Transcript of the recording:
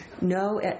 no